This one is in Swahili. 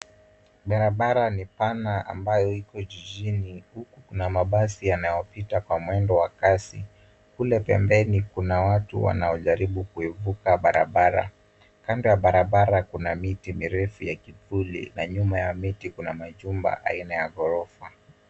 Barabara ni pana ambayo iko jijini huku kuna mabasi yanayopita kwa mwendo wa kasi. Kule pembeni kuna watu wanaojaribu kuivuka barabara. Kando ya barabara kuna miti mirefu ya kipusi na nyuma ya miti kuna majumba aina ya ghorofa.